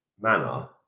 manner